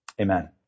Amen